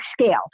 scale